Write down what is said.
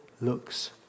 looks